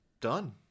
done